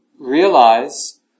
Realize